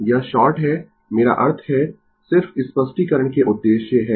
इसलिए यह शॉर्ट है मेरा अर्थ है सिर्फ स्पष्टीकरण के उद्देश्य से है